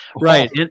right